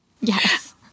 Yes